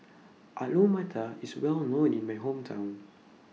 Alu Matar IS Well known in My Hometown